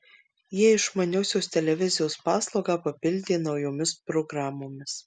jie išmaniosios televizijos paslaugą papildė naujomis programomis